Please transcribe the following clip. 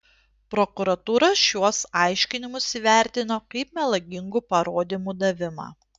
prokuratūra šiuos aiškinimus įvertino kaip melagingų parodymų davimą